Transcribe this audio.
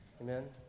Amen